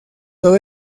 todo